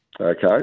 Okay